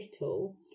little